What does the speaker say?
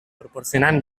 proporcionant